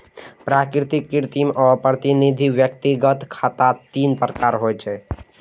प्राकृतिक, कृत्रिम आ प्रतिनिधि व्यक्तिगत खाता तीन प्रकार छियै